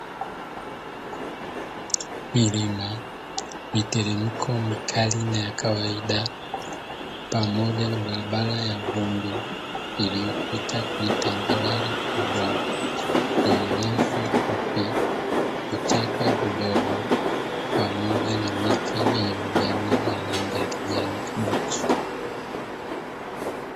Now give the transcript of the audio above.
Milima, miteremko mikali na ya kawaida pamoja na barabara ya vumbi iliyopita kwenye tambarare kubwa yenye nyasi fupi, vichaka vidogo pamoja na miti yenye majani yenye rangi ya kijani kibichi.